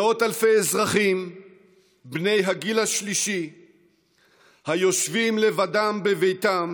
מאות אלפי אזרחים בני הגיל השלישי היושבים לבדם בביתם